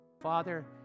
Father